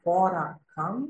porą kam